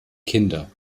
kinder